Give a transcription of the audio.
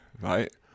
right